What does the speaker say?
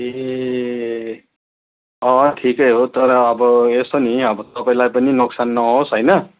ए अँ ठिकै हो तर अब यसो नि अब तपाईँलाई पनि नोक्सान नहोस् होइन